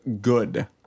good